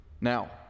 now